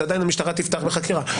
זה עדיין המשטרה תפתח בחקירה.